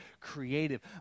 creative